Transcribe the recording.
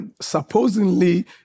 supposedly